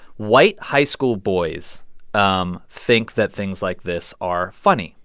white high school boys um think that things like this are funny.